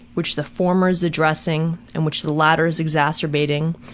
which the former is addressing, and which the latter is exacerbating,